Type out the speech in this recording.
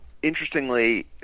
interestingly